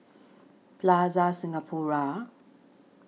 Plaza Singapura